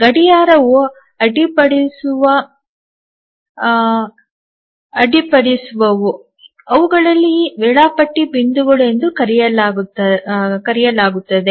ಗಡಿಯಾರವು ಅಡ್ಡಿಪಡಿಸುವ ಗಳು ಅವುಗಳನ್ನು ವೇಳಾಪಟ್ಟಿ ಬಿಂದುಗಳು ಎಂದು ಕರೆಯಲಾಗುತ್ತದೆ